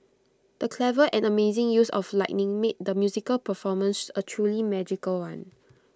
the clever and amazing use of lighting made the musical performance A truly magical one